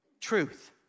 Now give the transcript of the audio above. truth